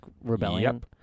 rebellion